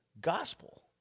gospel